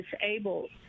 disabled